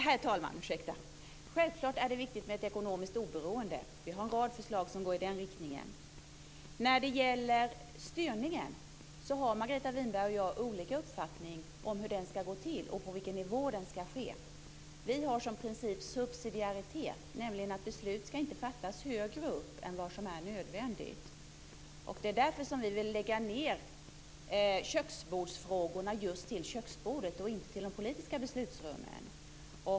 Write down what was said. Herr talman! Självklart är det viktigt med ett ekonomiskt oberoende. Vi har en rad förslag som går i den riktningen. När det gäller styrningen har Margareta Winberg och jag olika uppfattningar om hur det ska gå till och på vilken nivå det ska ske. Vi har som princip subsidiaritet, alltså att beslut inte ska fattas högre upp än vad som är nödvändigt. Det är därför vi vill lägga ned köksbordsfrågorna till just köksbordet och inte till de politiska beslutsrummen.